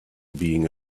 being